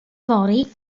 fory